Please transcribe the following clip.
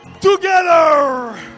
Together